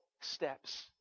steps